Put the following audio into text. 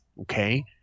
Okay